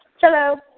Hello